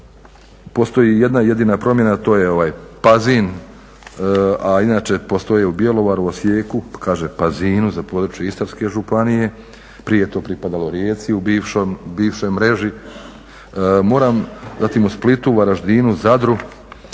postoji jedna jedina promjena, to je ovaj Pazin, a inače postoji u Bjelovaru, Osijeku, kaže Pazinu za područje Istarske županije, prije je to pripadalo Rijeci u bivšoj mreži. Moram, zatim u Splitu, Varaždinu, Zadru